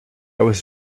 was